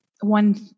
one